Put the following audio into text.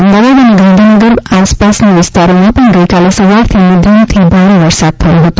અમદાવાદ અને ગાંધીનગર આસપાસના વિસ્તારોમાં પણ ગઇકાલે સવારથી મધ્યમથી ભારે વરસાદ થયો છે